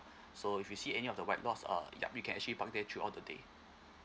so if you see any of the white lots uh yup you can actually park there throughout the day